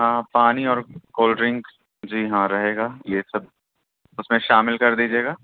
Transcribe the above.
ہاں پانی اور کولڈ ڈرنکس جی ہاں رہے گا یہ سب اُس میں شامل کر دیجیے گا